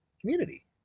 community